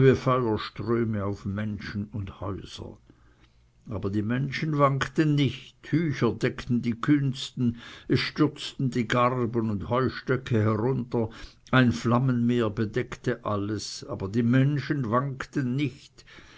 feuerströme auf menschen und häuser aber die menschen wankten nicht tücher deckten die kühnsten es stürzten die garben und heustöcke herunter ein flammenmeer bedeckte alles aber die menschen wankten nicht